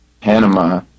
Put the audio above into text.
Panama